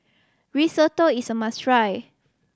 risotto is a must try